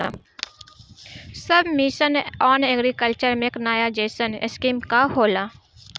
सब mission on agriculture mechanisation scheme का होला?